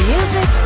Music